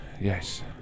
Yes